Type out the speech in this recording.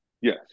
Yes